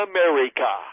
America